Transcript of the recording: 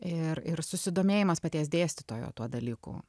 ir ir susidomėjimas paties dėstytojo tuo dalyku